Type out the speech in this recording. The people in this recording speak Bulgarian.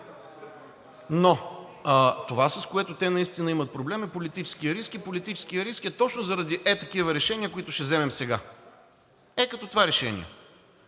Но това, с което те наистина имат проблем, е политическият риск. И политическият риск е точно заради ето такива решения, които ще вземем сега. Ето като това решение